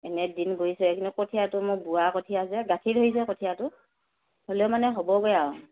এনে দিন গৈছেই কিন্তু কঠীয়াটো মোৰ বোৱা কঠীয়া যে গাঁঠি ধৰিছে কঠীয়াটো হ'লেও মানে হ'বগৈ আৰু